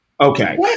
Okay